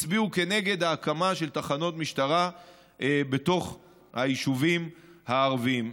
הצביעו כנגד ההקמה של תחנות משטרה בתוך היישובים הערביים.